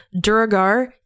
Duragar